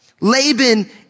Laban